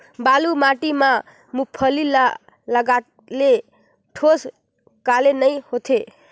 बालू माटी मा मुंगफली ला लगाले ठोस काले नइ होथे?